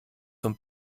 zum